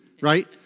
right